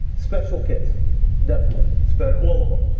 special kids definitely. but all of them,